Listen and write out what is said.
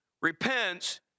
repents